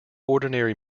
ordinary